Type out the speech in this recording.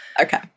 Okay